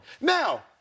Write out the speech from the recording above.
Now